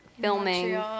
Filming